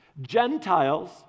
Gentiles